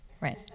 right